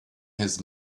his